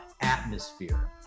atmosphere